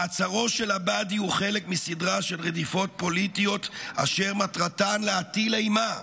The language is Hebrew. מעצרו של עבאדי הוא חלק מסדרה של רדיפות פוליטיות אשר מטרתן להטיל אימה.